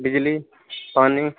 बिजली पानी